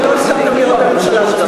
שלא הסכמתם להיות בממשלה של,